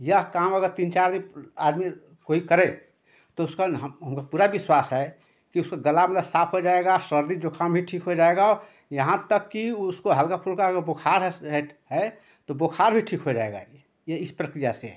यह काम अगर तीन चार दिन आदमी कोई करे तो उसका हम हमको पूरा विश्वास है कि उसका गला मतलब साफ हो जाएगा सर्दी जुक़ाम भी ठीक हो जाएगा और यहाँ तक कि उसको हल्का फुल्का अगर बुखार है है तो बुखार भी ठीक हो जाएगा यह यह इस प्रक्रिया से